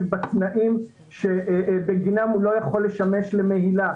בתנאים שבגינם הוא לא יכול לשמש למהילה,